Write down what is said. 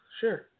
Sure